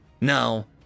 Now